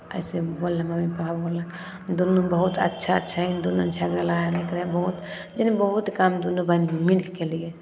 अइसे बोललक mummy papa बोललक दुनू बहुत अच्छा छै दुनू झगड़ा नहि करैत रहय बहुत लेकिन बहुत काम दुनू बहीन मिलि कऽ केलियै